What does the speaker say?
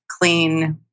clean